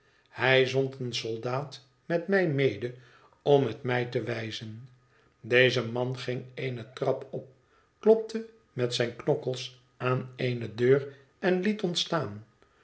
hij zond een soldaat met mij mede om het mij te wijzen deze man ging eene trap op klopte met zijne knokkels aan eene deur en liet